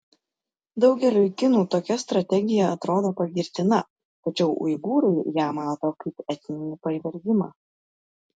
daugeliui kinų tokia strategija atrodo pagirtina tačiau uigūrai ją mato kaip etninį pavergimą